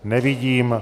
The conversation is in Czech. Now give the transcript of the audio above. Nevidím.